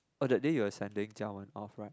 oh that day you were sending Jiawen off right